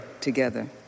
together